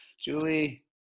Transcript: Julie